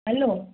hello